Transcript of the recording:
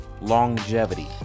Longevity